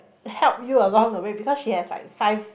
help you along a way because she has like five